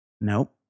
Nope